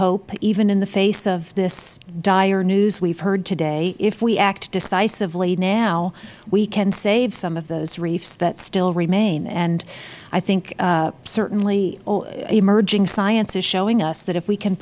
hope even in the face of this dire news we have heard today if we act divisively now we can save some of those reefs that still remain i think certainly emerging science is showing us that if we can